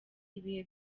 ibihe